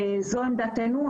זו עמדתנו,